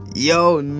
Yo